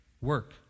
work